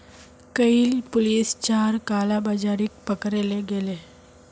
कइल पुलिस चार कालाबाजारिक पकड़े ले गेले